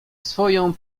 swoją